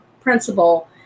principal